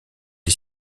est